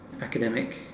academic